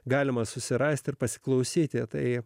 galima susirasti ir pasiklausyti tai